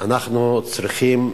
אנחנו צריכים,